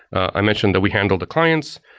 i mentioned that we handle the clients,